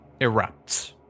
erupts